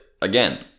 Again